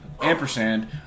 ampersand